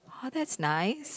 orh that's nice